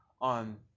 on